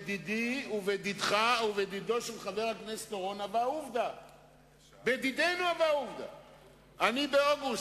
הואיל ואתם עדיין לא התארגנתם אני מבקש להודיע